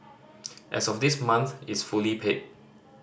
as of this month it's fully paid